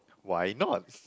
why not